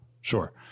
Sure